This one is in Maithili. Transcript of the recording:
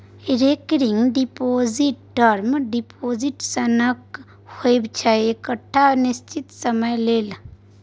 रेकरिंग डिपोजिट टर्म डिपोजिट सनक होइ छै एकटा निश्चित समय लेल